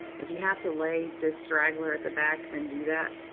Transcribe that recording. if you have to lay this straggler at the back, then do that.